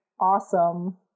awesome